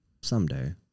Someday